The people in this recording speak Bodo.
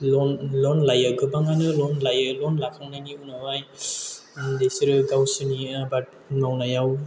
ल'न लायो गोबाङानो ल'न लायो ल'न लाखांनायनि उनावहाय बिसोरो गावसोरनि आबाद मावनायाव